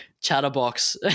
chatterbox